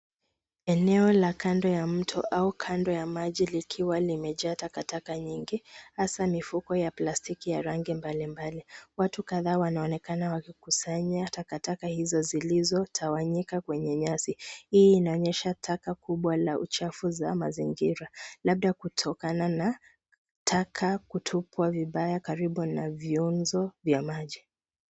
Eneo la kando ya mto au kando ya maji likiwa limejaa takataka nyingi, hasaa mifuko ya plastiki ya rangi mbalimbali. Watu kadhaa wanaonekana wakikusanya takataka hizo zilizotawanyika kwenye nyasi .Hii inaonyesha taka kubwa la uchafu za mazingira, labda kutokana na taka kutupwa vibaya karibu na viunzo vya maji.